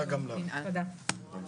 הישיבה ננעלה בשעה 11:40.